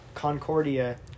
concordia